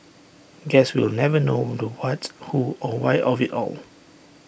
guess we'll never know the what who or why of IT all